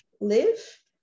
live